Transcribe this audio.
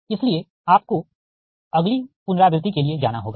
इसलिए आपको अगली पुनरावृति के लिए जाना होगा